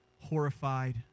horrified